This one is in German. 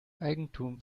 eigentum